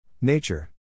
Nature